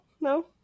No